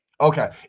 Okay